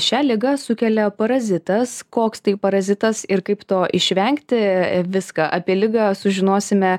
šią ligą sukelia parazitas koks tai parazitas ir kaip to išvengti viską apie ligą sužinosime